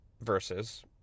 versus